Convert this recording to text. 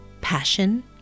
passion